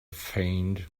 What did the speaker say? faint